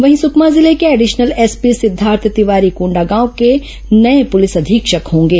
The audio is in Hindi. वहीं सुकमा जिले के एडिशनल एसपी सिद्धार्थ तिवारी कोंडागांव के नये पुलिस अधीक्षक होंगे